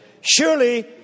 surely